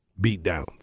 beatdowns